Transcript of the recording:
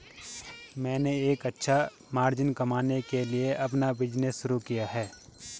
मैंने एक अच्छा मार्जिन कमाने के लिए अपना बिज़नेस शुरू किया है